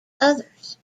others